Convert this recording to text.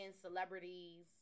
celebrities